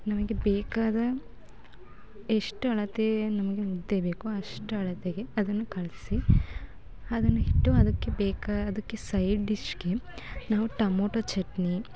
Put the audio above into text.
ನಮಗೆ ಬೇಕಾದ ಎಷ್ಟು ಅಳತೆಯ ನಮಗೆ ಮುದ್ದೆ ಬೇಕೊ ಅಷ್ಟು ಅಳತೆಗೆ ಅದನ್ನು ಕಲಸಿ ಅದನ್ನು ಹಿಟ್ಟು ಅದಕ್ಕೆ ಬೇಕಾ ಅದಕ್ಕೆ ಸೈಡ್ ಡಿಶ್ಗೆ ನಾವು ಟಮೋಟೊ ಚಟ್ನಿ